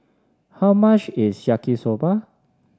how much is Yaki Soba